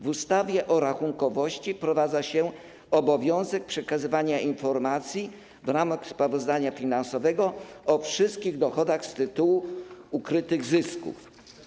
W ustawie o rachunkowości wprowadza się obowiązek przekazywania informacji w ramach sprawozdania finansowego o wszystkich dochodach z tytułu ukrytych zysków.